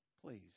please